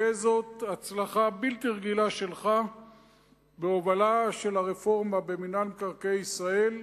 זאת תהיה הצלחה בלתי רגילה שלך בהובלה של הרפורמה במינהל מקרקעי ישראל,